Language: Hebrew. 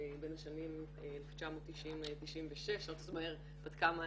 בין השנים 1996-1990, זה אומר בת כמה אני,